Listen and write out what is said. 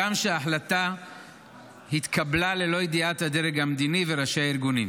הגם שההחלטה התקבלה ללא ידיעת הדרג המדיני וראשי הארגונים.